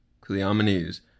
Cleomenes